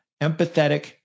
empathetic